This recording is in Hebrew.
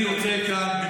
אני רוצה כאן,